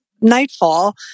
nightfall